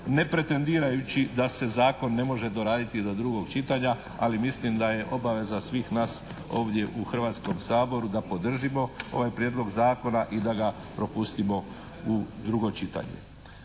ne pretendirajući da se zakon ne može doraditi do drugog čitanja ali mislim da je obaveza svih nas ovdje u Hrvatskom saboru da podržimo ovaj prijedlog zakona i da ga propustimo u drugo čitanje.